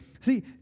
See